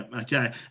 okay